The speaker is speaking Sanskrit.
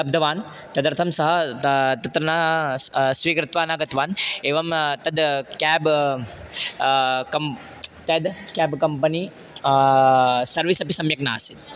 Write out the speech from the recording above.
लब्धवान् तदर्थं सः त तत्र न स्वीकृत्वा न गत्वान् एवं तद् केब् कम् तद् केब् कम्पनी सर्वीस् अपि सम्यक् नासीत्